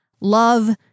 love